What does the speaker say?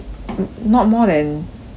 not more than twenty